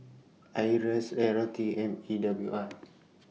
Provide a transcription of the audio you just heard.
IRAS L R T and E W R